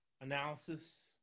analysis